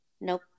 Nope